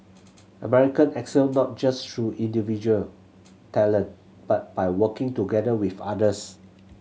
America excel not just through individual talent but by working together with others